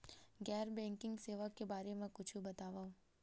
गैर बैंकिंग सेवा के बारे म कुछु बतावव?